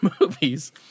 movies